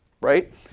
right